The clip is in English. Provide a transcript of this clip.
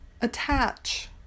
Attach